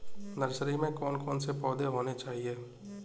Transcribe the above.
Nursery में कौन कौन से पौधे होने चाहिए?